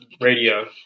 radio